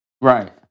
Right